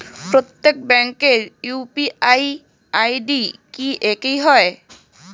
প্রত্যেক ব্যাংকের UPI ID কি একই হয়?